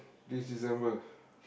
this December